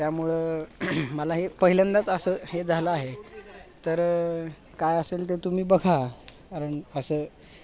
त्यामुळं मला हे पहिल्यांदाच असं हे झालं आहे तर काय असेल ते तुम्ही बघा कारण असं